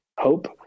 hope